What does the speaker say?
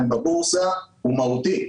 בבורסה הוא מהותי,